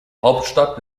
hauptstadt